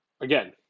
Again